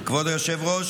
כבוד היושב-ראש,